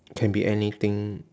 can be anything